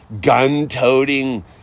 gun-toting